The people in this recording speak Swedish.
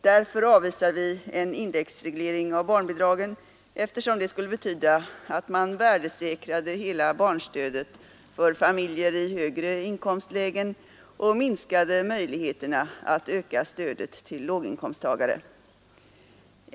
Därför avvisar vi en indexreglering av barnbidragen, eftersom det skulle betyda att man värdesäkrade hela barnstödet för familjer i högre inkomstlägen och minskade möjligheterna att öka stödet till låginkomsttagare.